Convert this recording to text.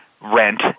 rent